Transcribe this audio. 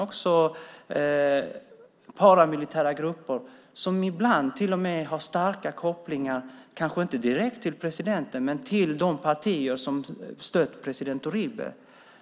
Det handlar om paramilitära grupper som ibland till och med har starka kopplingar, kanske inte direkt till presidenten men till de partier som stöder president Uribe.